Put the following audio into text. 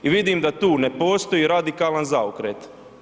I vidim da tu ne postoji radikalan zaokret.